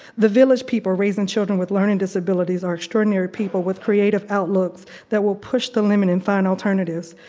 the village people raising children with learning disabilities are extraordinary people with creative outlooks that will push the limits and find alternatives.